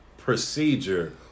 Procedure